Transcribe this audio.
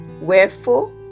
Wherefore